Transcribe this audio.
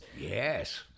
Yes